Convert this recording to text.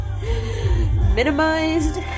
Minimized